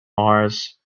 mars